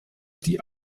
die